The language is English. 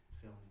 film